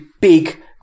big